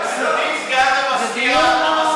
אדוני סגן המזכירה,